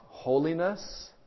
Holiness